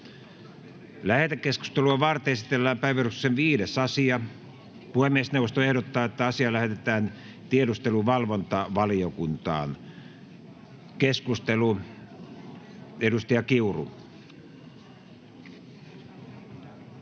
Lähetekeskustelua varten esitellään päiväjärjestyksen 5. asia. Puhemiesneuvosto ehdottaa, että asia lähetetään tiedusteluvalvontavaliokuntaan. — Keskustelu, edustaja Kiuru.